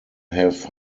have